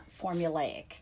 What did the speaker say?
formulaic